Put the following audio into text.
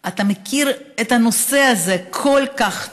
אתה מכיר את הנושא הזה כל כך טוב.